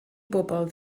bobol